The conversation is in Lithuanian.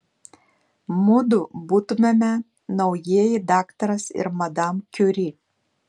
mudu būtumėme naujieji daktaras ir madam kiuri